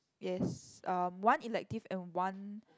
yes um one elective and one